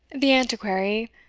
the antiquary,